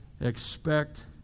Expect